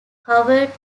covered